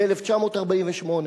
ב-1948.